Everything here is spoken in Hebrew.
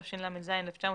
התשל"ז-1977,